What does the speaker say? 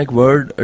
word